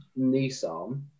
Nissan